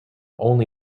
only